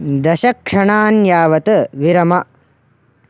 दशक्षणान् यावत् विरम